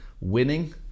winning